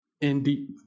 indeed